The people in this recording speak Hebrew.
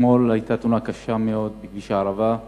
אתמול היתה תאונה קשה מאוד בכביש הערבה,